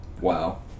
Wow